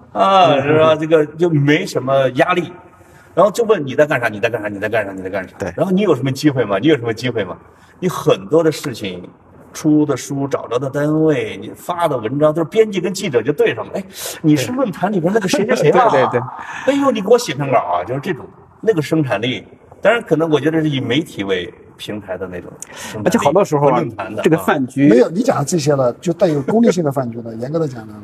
啊，是吧？这个就没什么压力，然后就问你在干啥，你在干啥，你在干啥，你在干啥。对。然后你有什么机会吗？你有什么机会吗？你很多的事情，出的书，找着的单位，你发的文章，都是编辑跟记者就对上了，哎，你是对。论坛里边那个谁谁谁 对，对，对。啊？哎呦，你给我写篇稿啊，就是这种，那个生产力。当然可能我觉得是以媒体为平台的那种生产而且好多力，时候啊，论坛的这个啊。饭局-没有，你讲的这些了，就带有功利性的饭局了， 严格地讲了